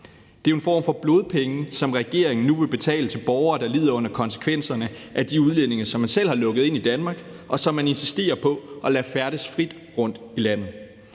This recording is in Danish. Det er jo en form for blodpenge, som regeringen nu vil betale til borgere, der lider under konsekvenserne af de udlændinge, som man selv har lukket ind i Danmark, og som man insisterer på at lade færdes frit rundt om i landet.